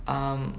um